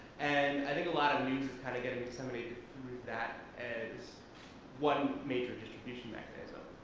and i think a lot of news is kind of getting somebody through that is one major distribution mechanism.